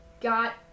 got